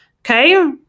Okay